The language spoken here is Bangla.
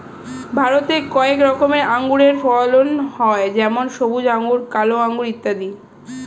ভারতে কয়েক রকমের আঙুরের ফলন হয় যেমন সবুজ আঙুর, কালো আঙুর ইত্যাদি